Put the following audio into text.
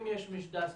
אם יש משנה סדורה?